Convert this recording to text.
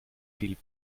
viel